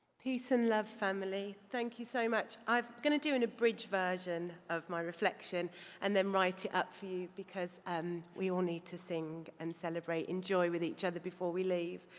peace and love, family. thank you so much. i'm going to do unabridged version of my reflection and then write it up for you, because and we all need to sing and celebrate in joy with each other before we leave.